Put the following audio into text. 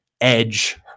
edge